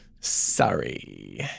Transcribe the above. Sorry